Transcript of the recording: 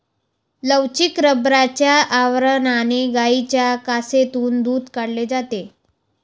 लवचिक रबराच्या आवरणाने गायींच्या कासेतून दूध काढले जाते